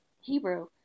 Hebrew